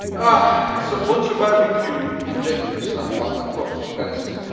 ah so butcher barbecue injection stuff. i'll ah talk to you guys